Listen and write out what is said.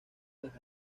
las